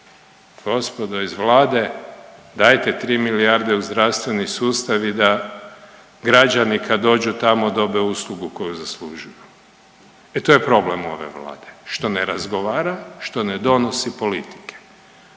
gospodo iz vlade dajete 3 milijarde u zdravstveni sustav i da građani kad dođu tamo dobe uslugu koju zaslužuju, e to je problem ove vlade što ne razgovara i što ne donosi politike.